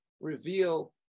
reveal